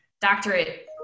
doctorate